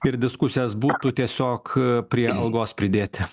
ir diskusijas būtų tiesiog prie algos pridėti